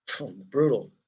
Brutal